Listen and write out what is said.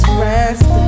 rest